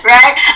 Right